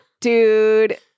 Dude